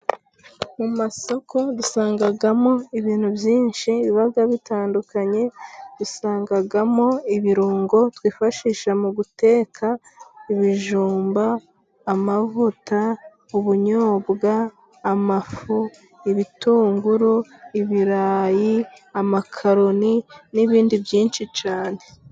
Mu masoko, dusangamo ibintu byinshi biba bitandukanye, dusangamo ibirungo twifashisha mu guteka, ibijumba, amavuta, ubunyobwa, amafu, ibitunguru, ibirayi, amakaroni, n'ibindi byinshi cyane.